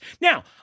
Now